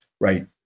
Right